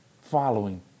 following